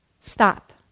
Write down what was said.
stop